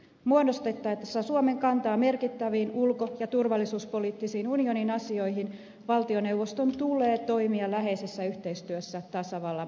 muodostettaessa suomen kantaa merkittäviin ulko ja turvallisuuspoliittisiin unionin asioihin valtioneuvoston tulee toimia läheisessä yhteistyössä tasavallan presidentin kanssa